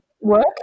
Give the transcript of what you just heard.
work